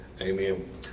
Amen